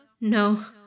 No